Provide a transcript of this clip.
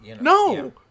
No